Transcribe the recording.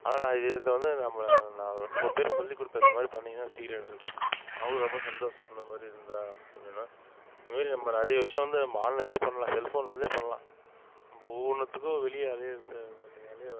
ஆனால் இதை வந்து நம்ம நான் ரெண்டு மூணு பேருக்கு சொல்லிக்கொடுத்தேன் இந்த மாதிரி பண்ணிங்கன்னா அப்படின்னு சொல்லிட்டு அவரும் ரொம்ப சந்தோசப்படுகிற மாதிரி இருந்தால் பண்ணின இந்த மாரி நம்ம நிறைய விஷயம் வந்து நம்ம ஆன்லைன்லேயே பண்ணலாம் செல்ஃபோன்லேருந்தே பண்ணலாம் நம்ம ஒவ்வொன்றுத்துக்கும் வெளியே அலைய